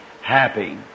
happy